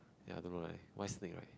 ya I don't know right why snake right